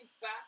back